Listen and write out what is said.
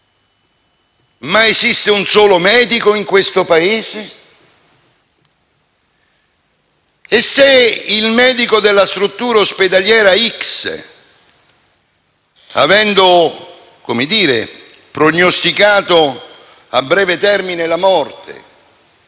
ma esiste un solo medico in questo Paese? E se il medico della struttura ospedaliera x, avendo prognosticato a breve termine la morte,